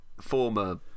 former